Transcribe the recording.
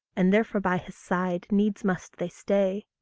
and therefore by his side needs must they stay.